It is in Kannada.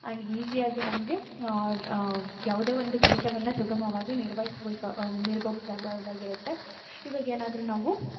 ಆ್ಯಂಡ್ ಈಝಿಯಾಗಿ ನಮಗೆ ಯಾವುದೇ ಒಂದು ಕೆಲಸವನ್ನು ಸುಗಮವಾಗಿ ನಿರ್ವಹಿಸಬೇಕಾ ನಿರ್ವಹಿಸಬೌದಾಗಿರುತ್ತೆ ಈವಾಗ ಏನಾದ್ರೂ ನಾವು